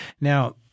Now